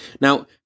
Now